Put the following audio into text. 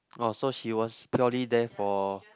oh so she was purely there for